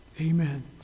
amen